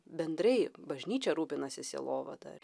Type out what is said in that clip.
bendrai bažnyčia rūpinasi sielovada